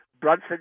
Brunson